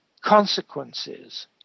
consequences